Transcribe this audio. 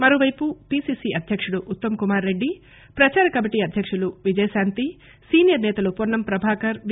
మరోపైపు పీసీసీ అధ్యకుడు ఉత్తమ్ కుమార్ రెడ్డి ప్రదార కమిటీ అధ్యక్షులు విజయశాంతి సీనియర్ సేతలు పొన్నం ప్రబాకర్ వి